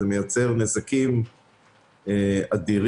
זה מייצר נזקים אדירים.